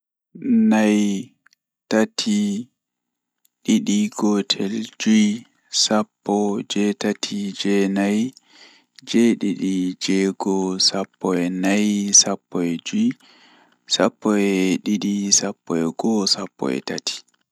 Naye, Tati, Ɗidi, Gotel, Joye, Sappo, Jweetati, Jweenay, Jweedidi, Jeego, Sappo e nay, Sappo e joye, Sappo e didi, Sappo e go'o, Sappo e tati.